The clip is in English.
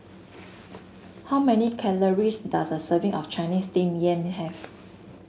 how many calories does a serving of Chinese steam yam have